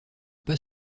pas